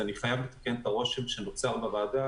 אני חייב לתקן את הרושם שנוצר בוועדה